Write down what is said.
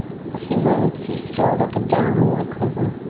for a few moments he strolled up and down, all aquiver.